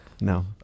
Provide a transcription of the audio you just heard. No